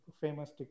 Famous